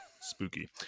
Spooky